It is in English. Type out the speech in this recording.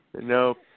No